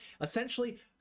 essentially